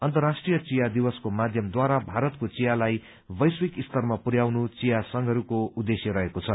अन्तर्राष्ट्रीय चिया दिवसको माध्यमद्वारा भारतको चियालाई वैश्विक स्तरमा पुरयाउनु चिया संघहरूको उद्देश्य रहेको छ